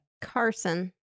Carson